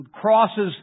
crosses